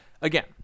again